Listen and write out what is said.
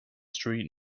street